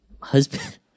husband